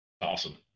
Awesome